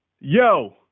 yo